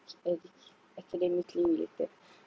educa~ academically related